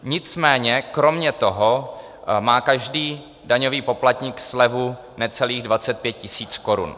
Nicméně kromě toho má každý daňový poplatník slevu necelých 25 tisíc korun.